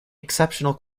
exceptional